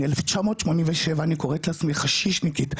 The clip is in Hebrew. מ-1987 אני קוראת לעצמי חששיניקית,